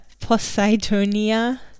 Poseidonia